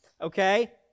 okay